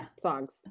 songs